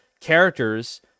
characters